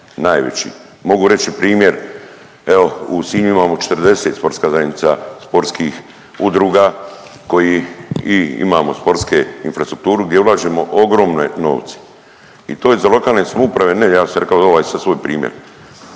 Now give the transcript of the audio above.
najveći. Mogu reći primjer evo u Sinju imamo 40 sportska zajednica, sportskih udruga koji i imamo sportsku infrastrukturu gdje ulažemo ogromne novce. I to je za lokalne samouprave, ne ja sam rekao ovaj sad svoj primjer.